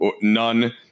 none